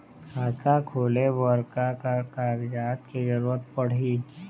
खाता खोले बर का का कागजात के जरूरत पड़ही?